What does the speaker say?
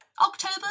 October